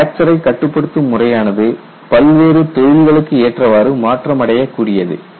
பிராக்சரை கட்டுப்படுத்தும் முறையானது பல்வேறு தொழில்களுக்கு ஏற்றவாறு மாற்றம் அடையக் கூடியது